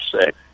sick